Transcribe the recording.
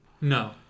no